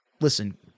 listen